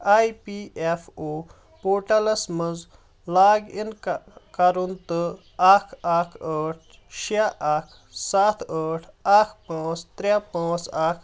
آے P F O پورٹلَس منٛز log in کَرُن تہٕ اَکھ اَکھ ٲٹھ شےٚ اَکھ سَتھ ٲٹھ اَکھ پانٛژھ ترٛےٚ پانٛژھ اَکھ